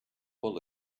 bull